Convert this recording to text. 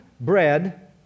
bread